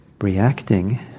reacting